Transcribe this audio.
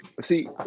See